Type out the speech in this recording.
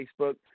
Facebook